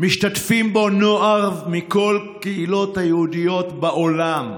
משתתפים בו נוער מכל הקהילות היהודיות בעולם.